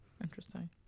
Interesting